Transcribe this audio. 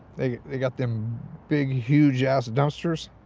they they got them big huge ass dumpsters,